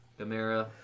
Gamera